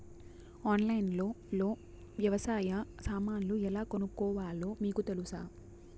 ఆన్లైన్లో లో వ్యవసాయ సామాన్లు ఎలా కొనుక్కోవాలో మీకు తెలుసా?